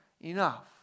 enough